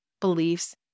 beliefs